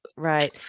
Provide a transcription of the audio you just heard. Right